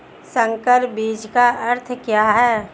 संकर बीज का अर्थ क्या है?